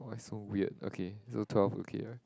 !wah! is so weird okay so twelve okay eh